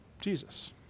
Jesus